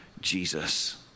Jesus